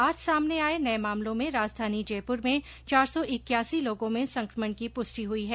आज सामने आये नये मामलों में राजधानी जयपुर में चार सौ इक्यासी लोगों में संकमण की पुष्टि हई है